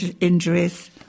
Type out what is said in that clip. injuries